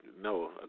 no